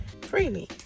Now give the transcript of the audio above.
freely